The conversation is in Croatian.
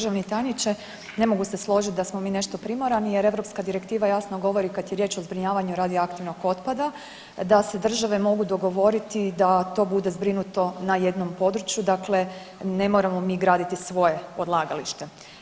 Državni tajniče ne mogu se složit da smo mi nešto primorani jer europska direktiva jasno govori kad je riječ o zbrinjavanju radioaktivnog otpada da se države mogu dogovoriti da to bude zbrinuto na jednom području, dakle ne moramo mi graditi svoje odlagalište.